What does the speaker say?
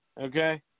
Okay